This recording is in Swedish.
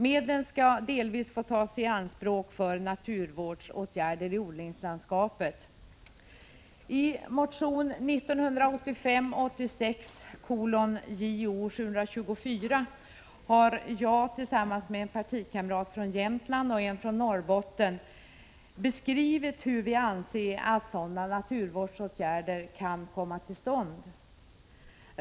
Medlen skall delvis få tas i anspråk för naturvårdsåtgärder i odlingslandskapet. I motion 1985/86:J0724 har jag, en partikamrat från Jämtland och en från Norrbotten beskrivit hur vi anser att sådana naturvårdsåtgärder kan komma till stånd.